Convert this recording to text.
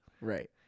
Right